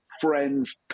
friends